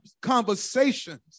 conversations